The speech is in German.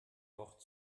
wort